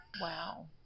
Wow